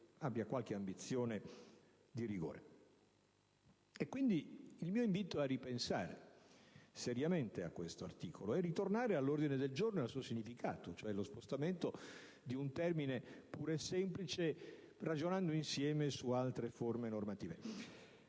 abbia qualche ambizione di rigore? Da qui nasce il mio invito a ripensare seriamente questo articolo e di tornare all'ordine del giorno e al suo significato, cioè lo spostamento di un termine puro e semplice ragionando insieme su altre forme normative.